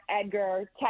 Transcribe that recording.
Edgar